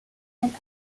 and